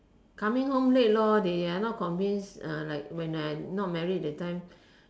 coming home late lor they are not convinced uh like when I not married that time